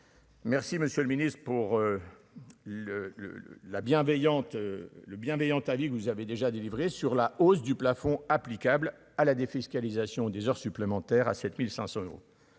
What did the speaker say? le le le la bienveillante le bienveillante ta vie que vous avez déjà délivré sur la hausse du plafond, applicable à la défiscalisation des heures supplémentaires à 7500 euros